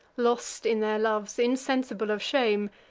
lost in their loves, insensible of shame,